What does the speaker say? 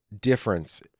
difference